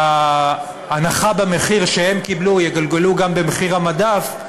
שההנחה במחיר שהן קיבלו תתגלגל גם במחיר המדף,